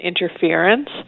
interference